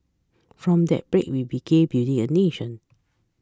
from that break we began building a nation